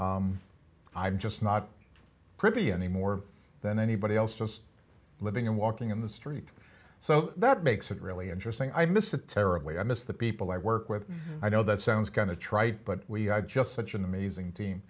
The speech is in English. i'm just not privy anymore than anybody else just living and walking in the street so that makes it really interesting i miss it terribly i miss the people i work with i know that sounds going to try but we had just such an amazing team